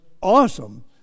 awesome